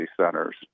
centers